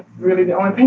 really the only thing